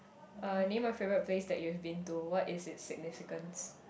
uh name a favourite place that you have been to what is its significance